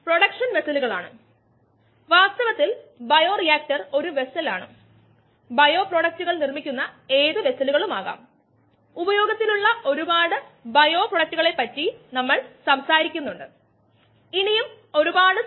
textile വ്യവസായത്തിൽ amylase leather വ്യവസായത്തിൽ trypsin പ്രോട്ടീസുകൾ എൻസൈമുകളുടെ കോക്ടെയിലുകൾ എന്നിവയും ഉപയോഗിക്കാം ലെതർ വ്യവസായത്തിൽ എൻസൈമുകളുടെ മിശ്രിതം ഉപയോഗിക്കാം